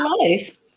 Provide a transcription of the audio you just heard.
life